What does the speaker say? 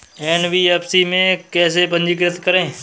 NBFC में कैसे पंजीकृत करें?